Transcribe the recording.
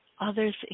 others